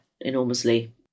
enormously